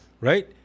Right